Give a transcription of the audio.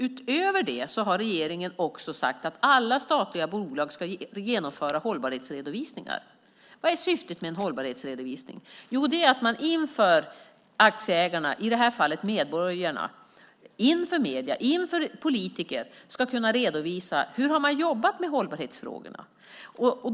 Utöver det har regeringen också sagt att alla statliga bolag ska genomföra hållbarhetsredovisningar. Vad är syftet med en hållbarhetsredovisning? Jo, det är att man inför aktieägarna, i detta fall medborgarna, inför medierna och inför politikerna ska kunna redovisa hur man har jobbat med hållbarhetsfrågorna.